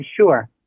sure